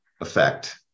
effect